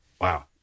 Wow